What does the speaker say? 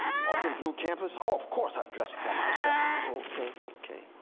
walking through campus, oh, of course i dress for myself. oh, okay, okay.